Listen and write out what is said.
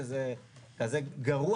שזה כזה גרוע,